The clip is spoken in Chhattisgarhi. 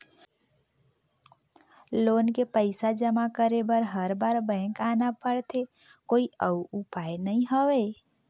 लोन के पईसा जमा करे बर हर बार बैंक आना पड़थे कोई अउ उपाय नइ हवय?